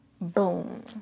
boom